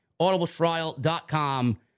AudibleTrial.com